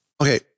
Okay